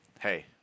hey